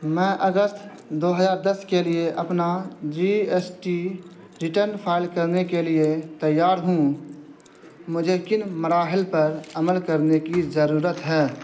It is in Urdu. میں اگست دو ہزار دس کے لیے اپنا G S T return file کرنے کے لیے تیار ہوں مجھے کن مراحل پر عمل کرنے کی ضرورت ہے